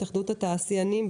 התאחדות התעשיינים.